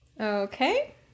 Okay